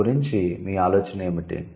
దాని గురించి మీ ఆలోచన ఏమిటి